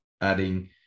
adding